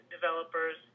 developers